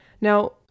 Now